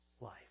life